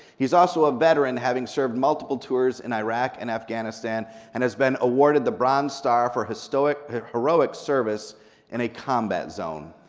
he's also a veteran, having served multiple tours in iraq and afghanistan and has been awarded the bronze star for heroic heroic service in a combat zone.